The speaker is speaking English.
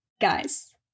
guys